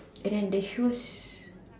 and then the shoes